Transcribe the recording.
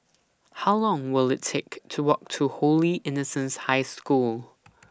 How Long Will IT Take to Walk to Holy Innocents' High School